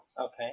Okay